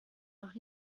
noch